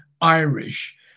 Irish